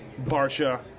Barsha